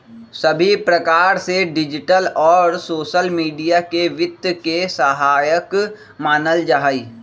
सभी प्रकार से डिजिटल और सोसल मीडिया के वित्त के सहायक मानल जाहई